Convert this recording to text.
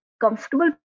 comfortable